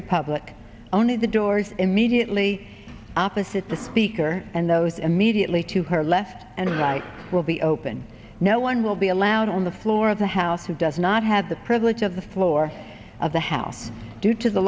republic only the doors immediately opposite the speaker and those immediately to her left and right will be open no one will be allowed on the floor of the house who does not have the privilege of the floor of the hell due to the